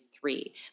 three